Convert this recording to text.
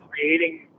creating